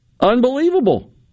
Unbelievable